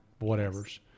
whatevers